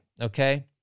okay